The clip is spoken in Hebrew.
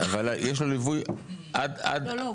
אבל, יש לו ליווי --- לא, לא.